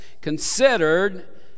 considered